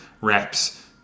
reps